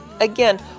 again